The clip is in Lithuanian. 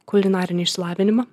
kulinarinio išsilavinimo